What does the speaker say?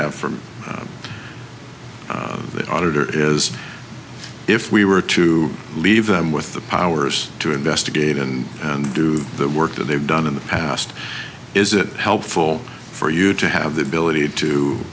have from the auditor is if we were to leave them with the powers to investigate and and do the work that they've done in the past is it helpful for you to have the ability to